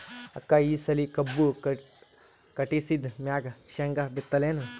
ಅಕ್ಕ ಈ ಸಲಿ ಕಬ್ಬು ಕಟಾಸಿದ್ ಮ್ಯಾಗ, ಶೇಂಗಾ ಬಿತ್ತಲೇನು?